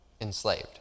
enslaved